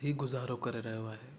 हीअ गुज़ारो करे रहियो आहे